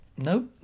nope